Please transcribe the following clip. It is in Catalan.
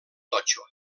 totxo